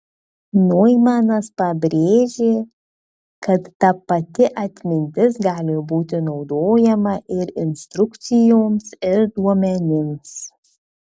noimanas pabrėžė kad ta pati atmintis gali būti naudojama ir instrukcijoms ir duomenims